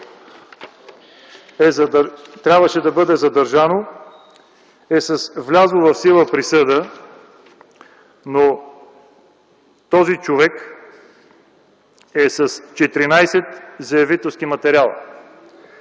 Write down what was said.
трябваше да бъде задържано, е с влязла в сила присъда, но този човек е с 14 заявителски материала.